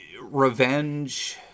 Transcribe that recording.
revenge